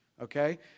okay